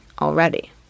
already